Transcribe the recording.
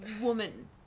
woman